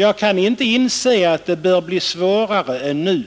Jag kan inte inse att det bör bli svårare än nu.